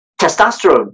testosterone